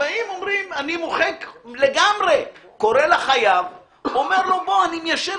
חלילה שלא --- עם חוק שאומר ברחל בתך